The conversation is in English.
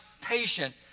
patient